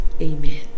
amen